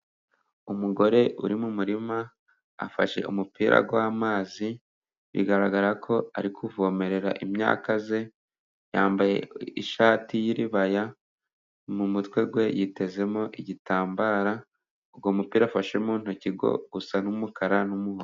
Umugore uri mu murima afashe umupira w'amazi, bigaragara ko ari kuvomerera imyaka ye, yambaye ishati y'iribaya, mu mutwe we yitezemo igitambaro, uwo mupira afashe mu ntoki usa n'umukara n'umuhondo.